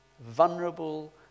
vulnerable